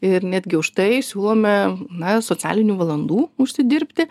ir netgi už tai siūlome na socialinių valandų užsidirbti